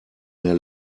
mehr